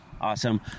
Awesome